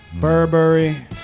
Burberry